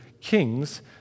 kings